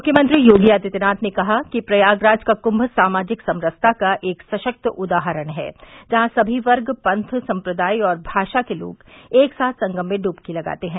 मुख्यमंत्री योगी आदित्यनाथ ने कहा कि प्रयागराज का कृंम समाजिक समरसता का एक सशक्त उदाहरण है जहां सभी वर्ग पंथ सम्प्रदाय और भाषा के लोग एक साथ संगम में डुबकी लगाते हैं